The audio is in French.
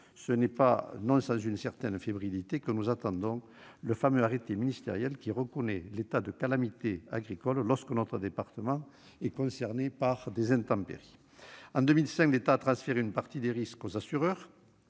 ce n'est pas sans fébrilité que nous attendons le fameux arrêté ministériel de reconnaissance de l'état de calamité agricole lorsque notre département est concerné par des intempéries. En 2005, l'État a transféré une partie du risque aux assureurs.